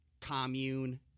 commune